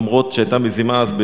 למרות שהיתה מזימה אז,